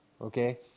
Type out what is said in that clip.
okay